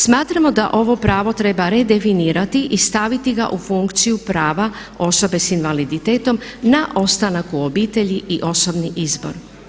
Smatramo da ovo pravo treba redefinirati i staviti ga u funkciju prava osobe sa invaliditetom na ostanak u obitelji i osobni izbor.